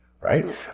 right